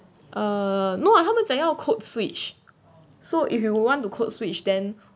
uh no ah 他们怎要 code switch so if you want to code switch then